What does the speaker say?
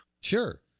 Sure